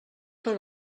per